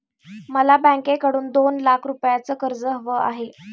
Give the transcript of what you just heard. मला बँकेकडून दोन लाख रुपयांचं कर्ज हवं आहे